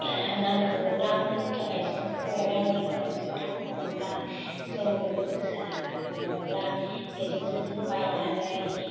रां नांगौ रांनि थाखायसो जोङो रांनि उनावसो रांखौ मोनब्ला जोङो बे फैसा थाखाखौ मोनोब्ला बेजोंसो जोङो बायनानै